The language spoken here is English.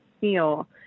feel